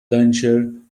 danger